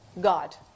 God